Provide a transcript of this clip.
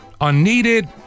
unneeded